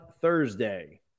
Thursday